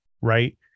right